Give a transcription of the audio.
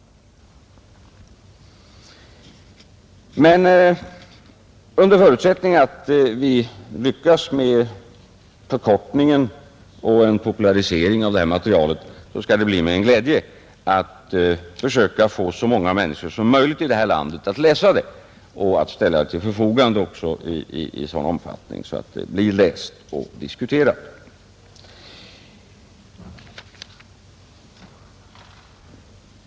Men under förutsättning att vi lyckas med en förkortning och en popularisering av detta material, skall det bli mig en glädje att försöka få så många människor som möjligt i detta land att läsa det och att ställa det till förfogande i sådan omfattning att det blir läst och diskuterat.